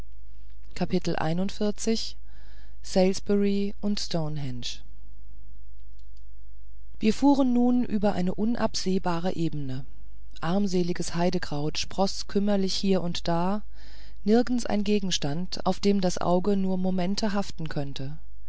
salisbury und stonehenge wir fuhren nun über eine unabsehbare ebene armseliges heidekraut sproß kümmerlich hier und da nirgends ein gegenstand auf dem das auge nur momente haften könnte